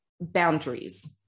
boundaries